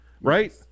right